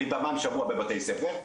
אני פעמיים בשבוע אני בבתי ספר,